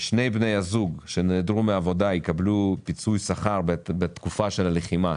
שני בני הזוג שנעדרו מהעבודה יקבלו פיצוי שכר בתקופה של הלחימה,